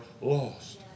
lost